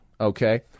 okay